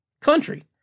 country